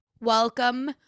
Welcome